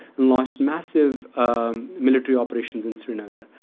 launched massive military operations in srinagar,